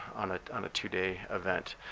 on ah on a two day event.